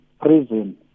Prison